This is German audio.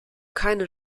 keine